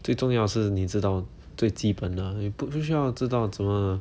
最重要是你知道最基本的你不需要知道怎么